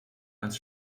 als